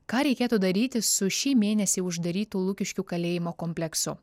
ką reikėtų daryti su šį mėnesį uždarytu lukiškių kalėjimo kompleksu